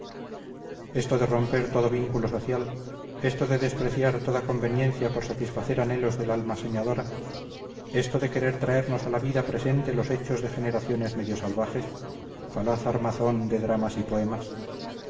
esto de romper todo vínculo social esto de despreciar toda conveniencia por satisfacer anhelos del alma soñadora esto de querer traernos a la vida presente los hechos de generaciones medio salvajes falaz armazón de dramas y poemas